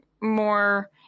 more